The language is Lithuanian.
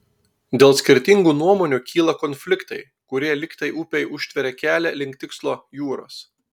dėl skirtingų nuomonių kyla konfliktai kurie lyg tai upei užtveria kelią link tikslo jūros